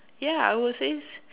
ya I would say